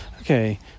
Okay